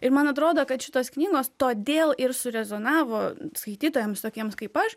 ir man atrodo kad šitos knygos todėl ir surezonavo skaitytojams tokiems kaip aš